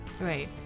right